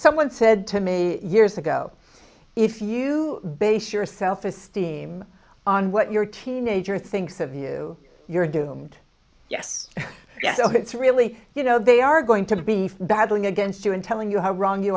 someone said to me years ago if you base your self esteem on what your teenager thinks of you you're doomed yes yes so it's really you know they are going to be battling against you and telling you how wrong you